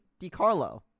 DiCarlo